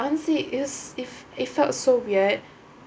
honestly it's it it felt so weird